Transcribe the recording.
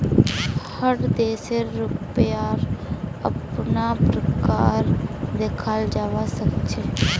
हर देशेर रुपयार अपना प्रकार देखाल जवा सक छे